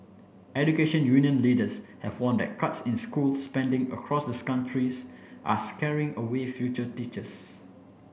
education union leaders have warned that cuts in school spending across the countries are scaring away future teachers